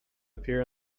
appear